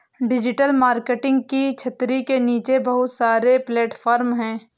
digital marketing की छतरी के नीचे बहुत सारे प्लेटफॉर्म हैं